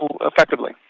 effectively